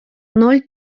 ноль